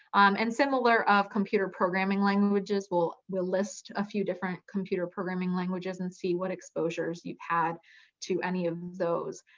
um and similar of computer programming languages, we'll we'll list a few different computer programming languages and see what exposures you've had to any of those.